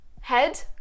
Head